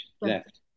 left